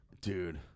Dude